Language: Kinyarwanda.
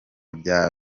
bya